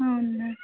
అవును మ్యామ్